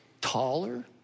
taller